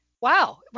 wow